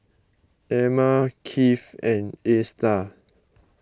Ema Kiv and Astar